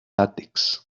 látex